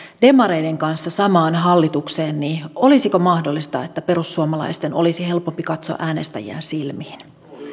demareiden kanssa samaan hallituksen niin olisiko mahdollista että perussuomalaisten olisi helpompi katsoa äänestäjiään silmiin